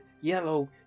yellow